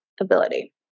ability